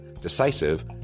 decisive